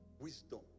wisdom